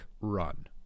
run